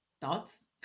thoughts